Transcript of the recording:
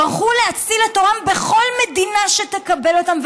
ברחו להציל את עורם בכל מדינה שתקבל אותם,